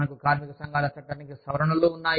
మన కార్మిక సంఘాల చట్టానికి సవరణలు ఉన్నాయి